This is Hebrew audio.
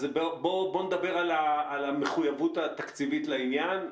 אז בוא נדבר על המחויבות התקציבית לעניין.